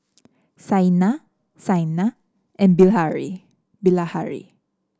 Saina Saina and Bilahari